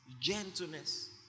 gentleness